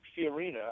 Fiorina